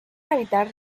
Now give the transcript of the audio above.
habitar